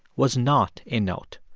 was not a note.